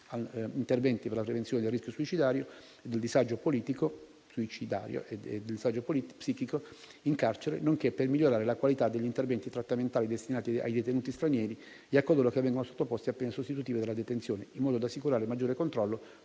interventi per la prevenzione del rischio suicidario e del disagio psichico in carcere, nonché per migliorare la qualità degli interventi trattamentali destinati ai detenuti stranieri e a coloro che vengono sottoposti a pene sostitutive della detenzione, in modo da assicurare maggiore controllo